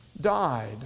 died